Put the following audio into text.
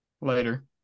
later